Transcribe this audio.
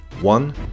One